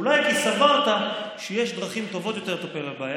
אולי כי סברת שיש דרכים טובות יותר לטפל בבעיה.